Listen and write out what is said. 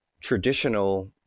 traditional